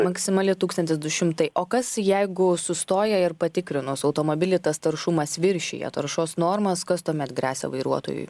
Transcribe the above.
maksimali tūkstantis du šimtai o kas jeigu sustoja ir patikrinus automobilį tas taršumas viršija taršos normas kas tuomet gresia vairuotojui